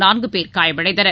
நான்குபேர் காயமடைந்தனர்